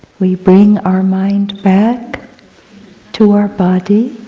we bring our mind back to our body